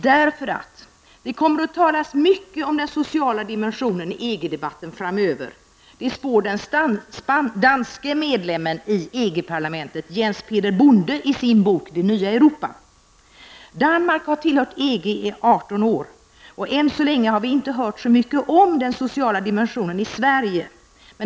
Det kommer att talas mycket om den sociala dimensionen i EG-debatten framöver. Det spår den danska medlemmen i EG-parlamentet Jens Peder Bonde i sin bok Det nya Europa. Danmark har tillhört EG i 18 år. Än så länge har vi inte hört så mycket om den sociala dimensionen i Sverige.